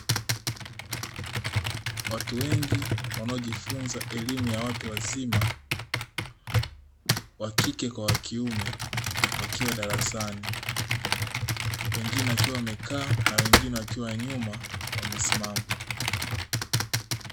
Watu wengi wanaojifunza elimu ya watu wazima wa kike kwa wa kiume, wakiwa darasani wengine wakiwa wamekaa na wengine wakiwa nyuma wamesimama.